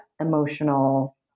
emotional